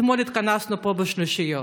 אתמול התכנסנו פה בשלישיות.